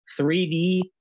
3D